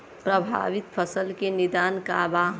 प्रभावित फसल के निदान का बा?